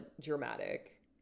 dramatic